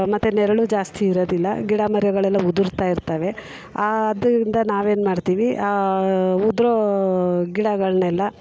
ಮತ್ತೆ ನೆರಳು ಜಾಸ್ತಿ ಇರೋದಿಲ್ಲ ಗಿಡ ಮರಗಳೆಲ್ಲ ಉದುರ್ತಾ ಇರ್ತವೆ ಆ ಅದರಿಂದ ನಾವೇನು ಮಾಡ್ತೀವಿ ಆ ಉದುರೋ ಗಿಡಗಳನ್ನೆಲ್ಲ